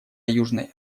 южной